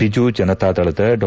ಬಿಜು ಜನತಾದಳದ ಡಾ